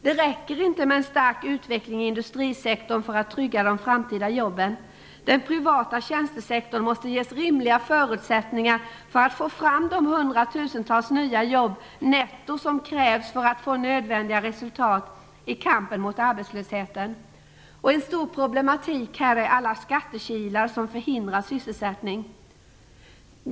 Det räcker inte med en stark utveckling i industrisektorn för att trygga de framtida jobben. Den privata tjänstesektorn måste ges rimliga förutsättningar för att få fram de hundratusentals nya jobb netto som krävs för att få nödvändiga resultat i kampen mot arbetslösheten. Ett stort problem är alla skattekilar som förhindrar sysselsättning.